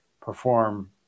perform